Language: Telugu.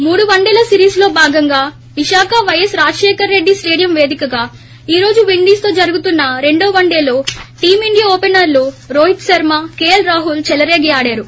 మూడు వన్డేల సిరీస్లో భాగంగా విశాఖ పైఎస్ రాజశేఖర్ రెడ్డి స్లేడియం పేదికగా ఈ రోజు విండీస్తో జరుగుతున్న రెండో వన్డేలో టీం ఇండియా ఓపెనర్లు రోహిత్ శర్మ కేఎల్ రాహుల్ చెలరేగి ఆడారు